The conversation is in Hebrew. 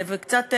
וקצת,